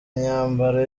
imyambaro